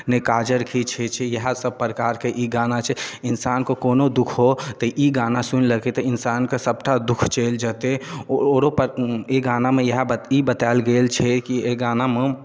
नहि काजर किछु होइ छै इएह सभ प्रकार के ई गाना छै इन्सान के कोनो दु ख हो तऽ ई गाना सुनि लतै तऽ इन्सानके सभटा दु ख चलि जेतै ओरो पर ई गाना मे इएह ई बतायल गेल छै कि एहि गाना मे